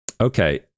okay